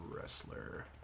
Wrestler